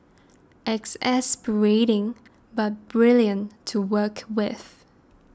exasperating but brilliant to work with